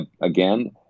again